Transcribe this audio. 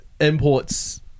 imports